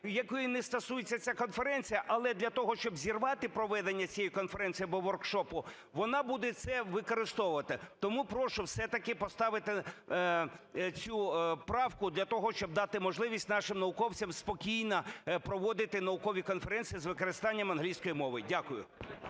якої не стосується ця конференція, але для того, щоб зірвати проведення цієї конференції або воркшопу, вона буде це використовувати. Тому прошу все-таки поставити цю правку для того, щоб дати можливість нашим науковцям спокійно проводити наукові конференції з використанням англійської мови. Дякую.